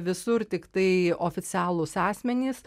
visur tiktai oficialūs asmenys